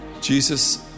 Jesus